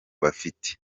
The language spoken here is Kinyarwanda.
bafite